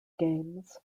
games